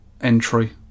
entry